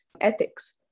ethics